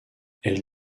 elle